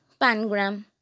pangram